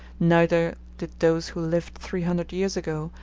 neither did those who lived three hundred years ago,